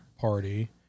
party